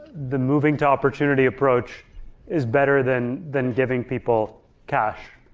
the moving to opportunity approach is better than than giving people cash.